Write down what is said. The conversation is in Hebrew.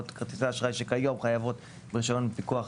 כרטיסי אשראי שכיום חייבות ברישיון פיקוח